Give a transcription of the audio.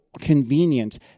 convenient